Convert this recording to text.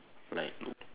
like l~